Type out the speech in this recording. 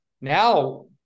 now